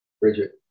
Bridget